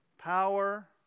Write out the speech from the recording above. Power